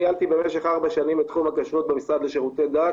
ניהלתי במשך ארבע שנים את תחום הכשרות במשרד לשירותי דת